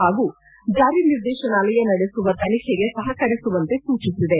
ಹಾಗೂ ಜಾರಿ ನಿರ್ದೇಶನಾಲಯ ನಡೆಸುವ ತನಿಖೆಗೆ ಸಹಕರಿಸುವಂತೆ ಸೂಚಿಸಿದೆ